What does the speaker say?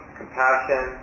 compassion